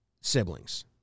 siblings